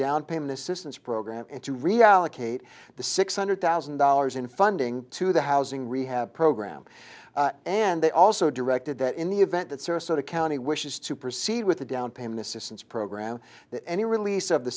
downpayment assistance program and to reallocate the six hundred thousand dollars in funding to the housing rehab program and they also directed that in the event that sarasota county wishes to proceed with a down payment systems program that any release of the